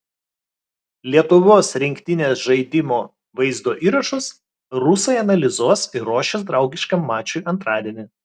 lietuvos rinktinės žaidimo vaizdo įrašus rusai analizuos ir ruošis draugiškam mačui antradienį